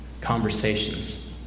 conversations